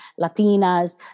Latinas